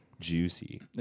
Juicy